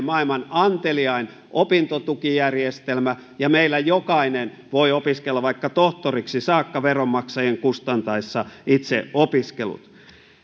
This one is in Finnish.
maailman anteliain opintotukijärjestelmä ja meillä jokainen voi opiskella vaikka tohtoriksi saakka veronmaksajien kustantaessa itse opiskelut